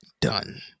done